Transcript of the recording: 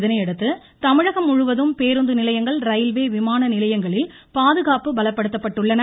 இதனையடுத்து தமிழகம் முழுவதும் பேருந்துநிலையங்கள் ரயில்வே விமான நிலையங்களில் பாதுகாப்பு பலப்படுத்தப்பட்டுள்ளன